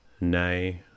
Nay